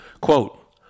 Quote